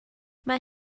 mae